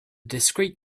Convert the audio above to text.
discrete